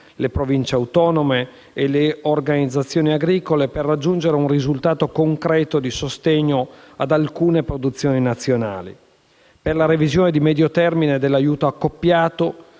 le Province autonome e le organizzazioni agricole, per raggiungere un risultato concreto di sostegno ad alcune produzioni nazionali. Per la revisione di medio termine dell'aiuto accoppiato,